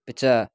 अपि च